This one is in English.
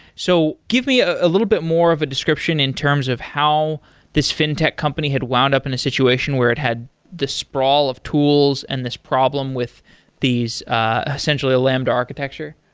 so give me a a little bit more of a description in terms of how this fintech company had wound up in a situation where it had this sprawl of tools and this problem with these essentially a lambda architecture?